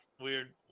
Weird